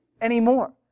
anymore